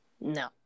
No